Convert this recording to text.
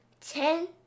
Ten